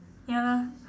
ya